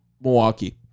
Milwaukee